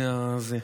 מזה.